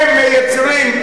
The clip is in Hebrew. הם מייצרים,